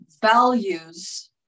values